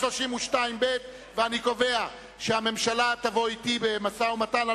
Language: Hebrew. ואני קובע שהממשלה תבוא אתי במשא-ומתן,